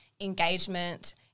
engagement